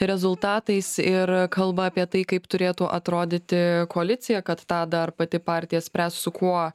rezultatais ir kalba apie tai kaip turėtų atrodyti koalicija kad tą dar pati partija spręs su kuo